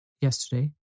Yesterday